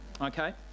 Okay